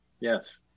Yes